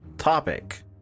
topic